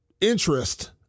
interest